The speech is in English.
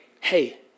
Hey